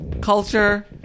culture